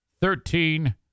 thirteen